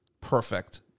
Perfect